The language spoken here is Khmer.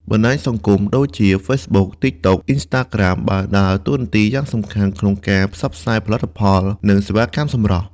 បណ្ដាញសង្គមដូចជា ហ្វេសបុក តីកតុក អុីនស្តាក្រាម បានដើរតួនាទីយ៉ាងសំខាន់ក្នុងការផ្សព្វផ្សាយផលិតផល និងសេវាកម្មសម្រស់។